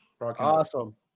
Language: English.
Awesome